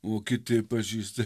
o kiti pažįsta